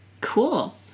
cool